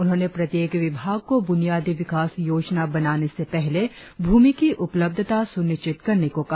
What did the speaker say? उन्होंने प्रत्येक विभाग को बुनियादी विकास योजना बनाने से पहले भूमि की उपलब्धता सुनिश्चित करने को कहा